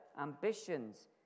ambitions